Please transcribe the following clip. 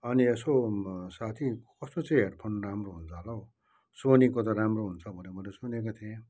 अनि यसो साथी कस्तो चाहिँ हेडफोन राम्रो हुन्छ होला हौ सोनीको त राम्रो हुन्छ भनेर मैले सुनेको थिएँ